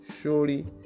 Surely